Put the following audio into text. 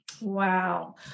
Wow